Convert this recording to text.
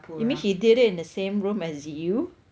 you mean he did in the same room as you